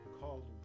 called